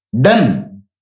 done